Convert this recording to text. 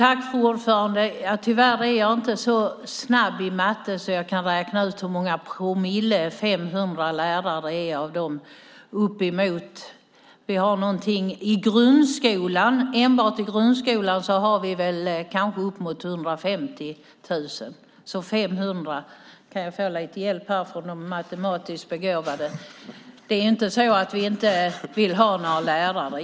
Fru talman! Tyvärr är jag inte så snabb i matte att jag här och nu kan räkna ut hur många promille 500 lärare är av de upp emot 150 000 lärarna i enbart grundskolan. Kan jag få lite hjälp av de matematiskt begåvade? Det är inte så att vi inte vill ha några lärare.